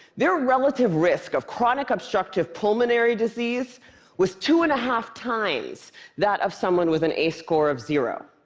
their relative risk of chronic obstructive pulmonary disease was two and a half times that of someone with an ace score of zero.